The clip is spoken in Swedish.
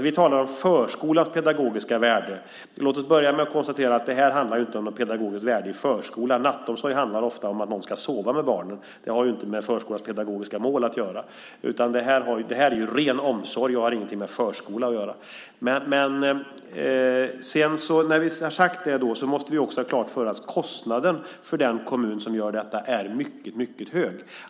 Vi talar om förskolans pedagogiska värde. Låt oss börja med att konstatera att det här inte handlar om något pedagogiskt värde i förskolan. Nattomsorg handlar ofta om att någon ska sova med barnen. Det har ju inte med förskolans pedagogiska mål att göra. Det här är ren omsorg och har ingenting med förskola att göra. När jag har sagt det måste vi också ha klart för oss att kostnaden för den kommun som gör detta är mycket hög.